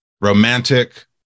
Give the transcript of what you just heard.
romantic